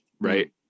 Right